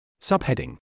Subheading